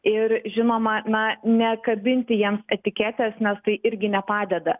ir žinoma na nekabinti jiems etiketės nes tai irgi nepadeda